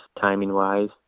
timing-wise